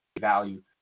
value